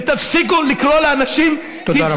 יש ניאו-נאצי, ותפסיקו לקרוא לאנשים, תודה רבה.